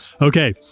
Okay